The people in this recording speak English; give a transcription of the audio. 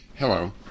Hello